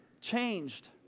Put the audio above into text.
changed